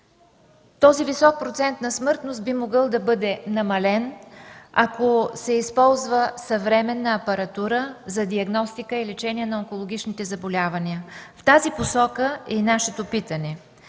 Този висок процент на смъртност би могъл да бъде намален, ако се използва съвременна апаратура за диагностика и лечение на онкологичните заболявания. В тази посока е и нашето питане: